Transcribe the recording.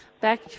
Back